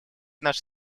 наши